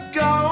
go